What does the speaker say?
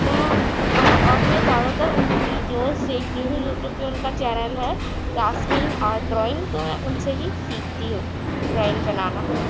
ہاں اور میں زیادہ تر ان کی ویڈیوز دیکھتی ہوں کیوں کہ ان کا چینل ہے یاسمین آرٹ ڈرائنگ تو ان سے ہی سیکھتی ہوں ڈرائنگ بنانا